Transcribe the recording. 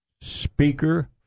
speaker